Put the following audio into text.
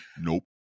Nope